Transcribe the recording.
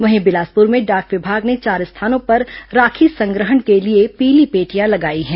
वहीं बिलासपुर में डाक विभाग ने चार स्थानों पर राखी संग्रहण के लिए पीली पेटियां लगाई हैं